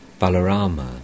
Balarama